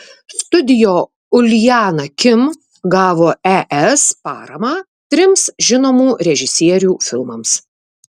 studio uljana kim gavo es paramą trims žinomų režisierių filmams